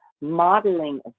modeling